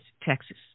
Texas